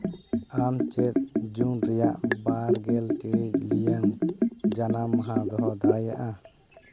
ᱟᱢ ᱪᱮᱫ ᱡᱩᱱ ᱨᱮᱭᱟᱜ ᱵᱟᱨᱜᱮᱞ ᱴᱤᱬᱤᱡ ᱨᱮᱭᱟᱜ ᱡᱟᱱᱟᱢ ᱢᱟᱦᱟ ᱫᱚᱦᱚ ᱫᱟᱲᱮᱭᱟᱜᱼᱟ